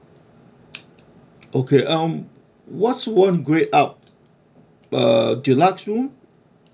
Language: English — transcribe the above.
okay um what's one grade up uh deluxe room